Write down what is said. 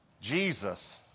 Jesus